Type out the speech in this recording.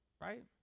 right